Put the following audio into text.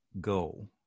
go